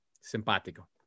simpatico